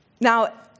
Now